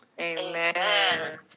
Amen